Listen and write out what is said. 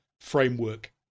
Framework